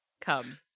come